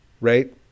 right